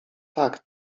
tak